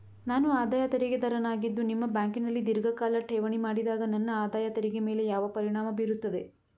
ನಾನು ಆದಾಯ ತೆರಿಗೆದಾರನಾಗಿದ್ದು ನಿಮ್ಮ ಬ್ಯಾಂಕಿನಲ್ಲಿ ಧೀರ್ಘಕಾಲ ಠೇವಣಿ ಮಾಡಿದಾಗ ನನ್ನ ಆದಾಯ ತೆರಿಗೆ ಮೇಲೆ ಯಾವ ಪರಿಣಾಮ ಬೀರುತ್ತದೆ?